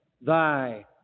thy